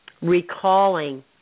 recalling